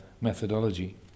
methodology